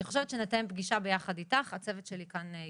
אני חושבת שאנחנו נתאם פגישה ביחד, הצוות שלי כאן.